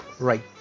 Right